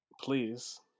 please